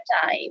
time